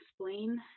explain